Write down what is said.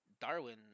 Darwin